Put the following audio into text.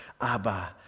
Abba